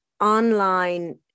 online